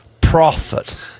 prophet